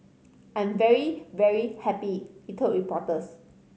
I'm very very happy he told reporters